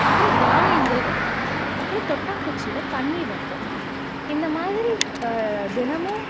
அப்புறம் தானியங்கள் வைப்போம் அப்புறம் தொட்டாங்குச்சியில் தண்ணி வைப்போம் இந்தமாதிரி தினமும்